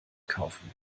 kaufen